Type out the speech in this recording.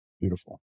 Beautiful